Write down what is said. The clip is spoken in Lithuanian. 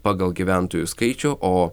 pagal gyventojų skaičių o